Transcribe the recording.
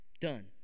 done